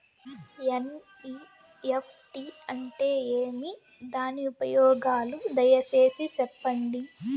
NEFT అంటే ఏమి? దాని ఉపయోగాలు దయసేసి సెప్పండి?